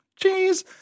Jeez